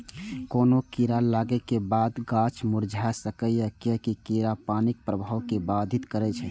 कोनो कीड़ा लागै के बादो गाछ मुरझा सकैए, कियैकि कीड़ा पानिक प्रवाह कें बाधित करै छै